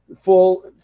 full